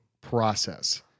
process